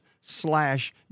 slash